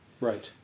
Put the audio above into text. Right